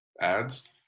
ads